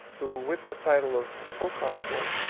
who, with the title of proconsul,